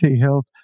Health